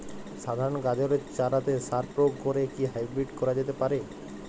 সাধারণ গাজরের চারাতে সার প্রয়োগ করে কি হাইব্রীড করা যেতে পারে?